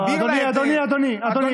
לא, אדוני, אדוני, אדוני.